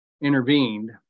intervened